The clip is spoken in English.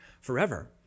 forever